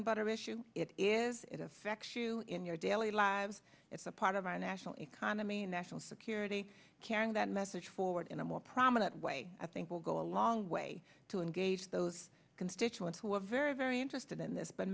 and butter issue if it affects you in your daily lives it's a part of our national economy and national security carrying that message forward in a more prominent way i think will go a long way to engage those constituents who are very very interested in this but